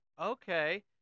Okay